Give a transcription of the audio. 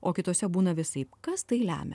o kitose būna visaip kas tai lemia